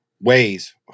Ways